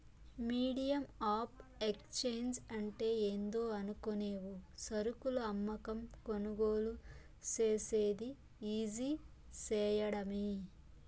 medium of exchange అంటే ఏందో అనుకునేవు సరుకులు అమ్మకం, కొనుగోలు సేసేది ఈజీ సేయడమే